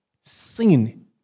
sin